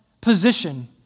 position